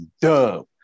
dub